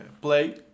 play